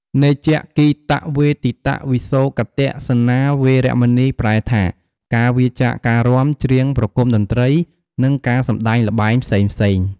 នច្ចគីតវាទិតវិសូកទស្សនា វេរមណី ប្រែថា ការវៀរចាកការរាំ ច្រៀង ប្រគំតន្ត្រី និងការសម្ដែងល្បែងផ្សេងៗ។